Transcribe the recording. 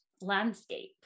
landscape